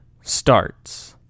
starts